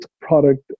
product